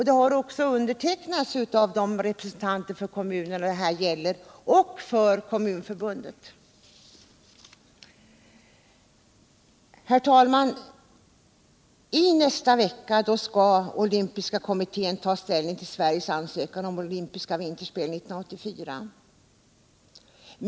Det har också undertecknats av representanter för de kommuner det här gäller samt för Kommunförbundet. Herr talman! I nästa vecka skall internationella olympiska kommittén ta ställning til Sveriges ansökan om olympiska vinterspelen 1984.